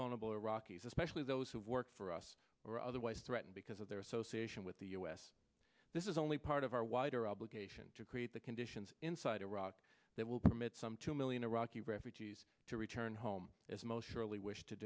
vulnerable iraqis especially those who work for us or otherwise threaten because of their association with the us this is only part of our wider obligation to create the conditions inside iraq that will permit some two million iraqi refugees to return home as most surely wish to